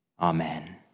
Amen